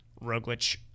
Roglic